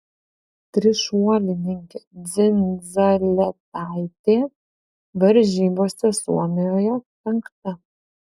trišuolininkė dzindzaletaitė varžybose suomijoje penkta